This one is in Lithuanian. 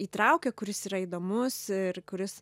įtraukia kuris yra įdomus ir kuris